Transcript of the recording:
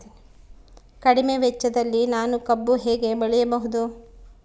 ಕಡಿಮೆ ವೆಚ್ಚದಲ್ಲಿ ನಾನು ಕಬ್ಬು ಹೇಗೆ ಬೆಳೆಯಬಹುದು?